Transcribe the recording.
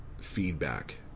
feedback